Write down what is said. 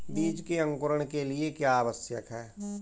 बीज के अंकुरण के लिए क्या आवश्यक है?